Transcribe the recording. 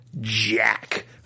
Jack